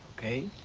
okay?